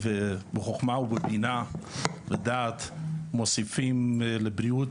ובחוכמה ובבינה ודעת מוסיפים לבריאות,